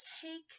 take